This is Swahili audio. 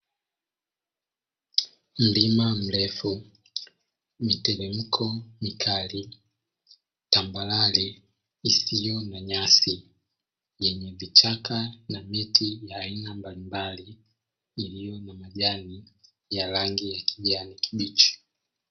Mlima mrefu, miteremko mikali, tambarare isiyo na nyasi yenye vichaka na miti ya aina mbalimbali, iliyo na majani ya rangi ya kijani kibichi.